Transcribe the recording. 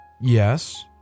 Yes